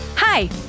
Hi